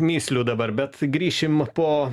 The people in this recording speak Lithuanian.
mįslių dabar bet grįšim po